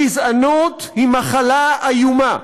גזענות היא מחלה איומה,